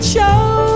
show